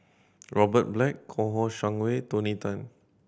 Robert Black Kouo Shang Wei Tony Tan